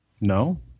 No